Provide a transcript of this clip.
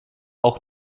auch